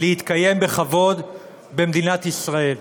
להתקיים בכבוד במדינת ישראל.